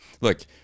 look